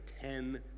ten